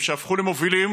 שהפכו למובילים,